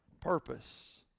purpose